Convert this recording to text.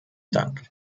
dank